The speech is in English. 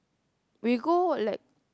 we go like